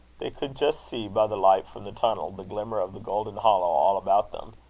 they could just see, by the light from the tunnel, the glimmer of the golden hollow all about them.